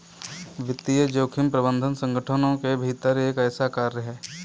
वित्तीय जोखिम प्रबंधन संगठनों के भीतर एक ऐसा कार्य है